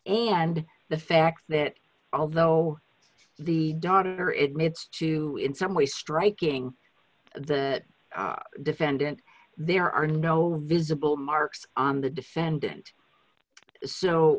and the fact that although the daughter is made to in some way striking the defendant there are no visible marks on the defendant so